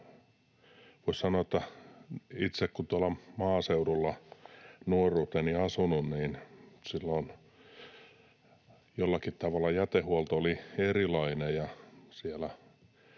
Voisi sanoa, että itse kun tuolla maaseudulla olen nuoruuteni asunut, niin silloin jollakin tavalla jätehuolto oli erilainen